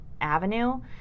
avenue